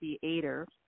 theater